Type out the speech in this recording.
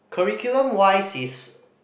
curriculum wise is